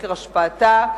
בחקר השפעתה,